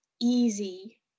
easy